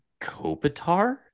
Kopitar